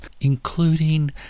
including